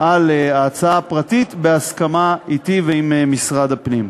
על ההצעה הפרטית, בהסכמה אתי ועם משרד הפנים,